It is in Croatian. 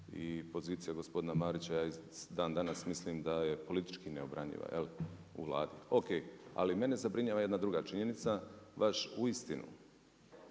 I pozicija gospodina Marića, ja i dan danas mislim da je politički neobranjiva, jel' u Vladi. O.k. Ali mene zabrinjava jedna druga činjenica vaš uistinu